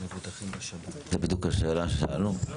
זה בדיוק השאלה ששאלנו.